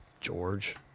George